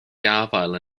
gafael